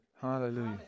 Hallelujah